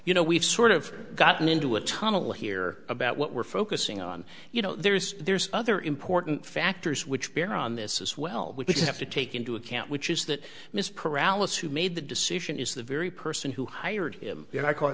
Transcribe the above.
you know we've sort of gotten into a tunnel here about what we're focusing on you know there's there's other important factors which bear on this as well which have to take into account which is that miss paralyses who made the decision is the very person who hired him